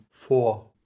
Four